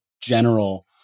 general